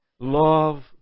love